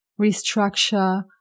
Restructure